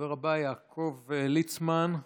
הדובר הבא, יעקב ליצמן,